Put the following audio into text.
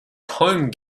home